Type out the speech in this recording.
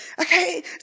okay